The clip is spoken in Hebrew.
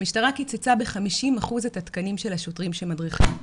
המשטרה קיצצה ב-50% את התקנים של השוטרים שמדריכים,